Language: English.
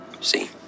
See